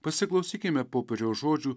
pasiklausykime popiežiaus žodžių